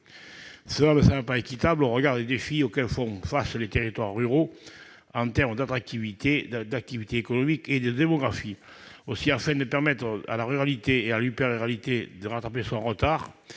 Cela ne semble pas équitable au regard des défis auxquels font face les territoires ruraux en termes d'attractivité, d'activité économique et de démographie. Aussi, afin de permettre à la ruralité et à l'hyper-ruralité de rattraper leur retard,